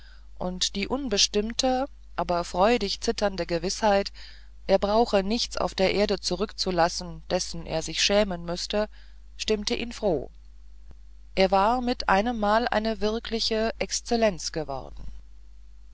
und die unbestimmte aber freudig zitternde gewißheit er brauche nichts auf erden zurückzulassen dessen er sich schämen müßte stimmte ihn froh er war mit einemmal eine wirkliche exzellenz geworden